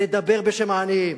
לדבר בשם העניים.